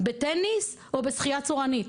בטניס או בשחייה צורנית.